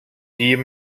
vier